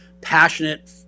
passionate